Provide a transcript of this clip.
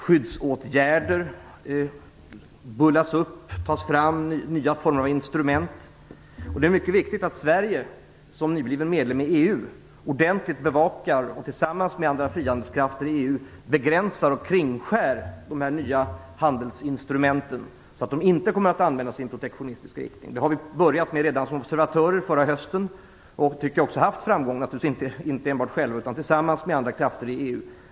Skyddsåtgärder bullas upp, och nya instrument tas fram. Det är mycket viktigt att Sverige som nybliven medlem i EU ordentligt bevakar och tillsammans med andra frihandelskrafter i EU begränsar och kringskär de nya handelsinstrumenten, så att de inte kommer att användas i protektionistisk riktning. Det började vi med redan som observatörer förra hösten, och det har vi även haft framgång med, naturligtvis inte ensamma utan tillsammans med andra krafter i EU.